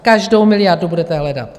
Každou miliardu budete hledat.